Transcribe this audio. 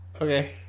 okay